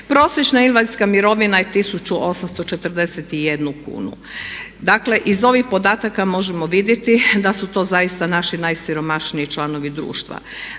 Prosječna invalidska mirovina je 1841 kunu. Dakle, iz ovih podataka možemo vidjeti da su to zaista naši najsiromašniji članovi društva.